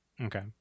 okay